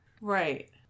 Right